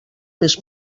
més